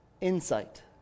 insight